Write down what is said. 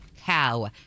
cow